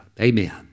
Amen